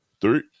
Three